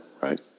right